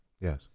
yes